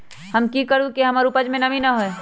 हम की करू की हमर उपज में नमी न होए?